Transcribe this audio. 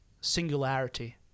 Singularity